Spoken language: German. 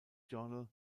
journal